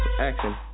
action